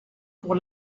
pour